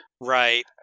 Right